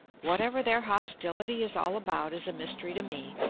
whatever their hostility is all about is a mystery to me,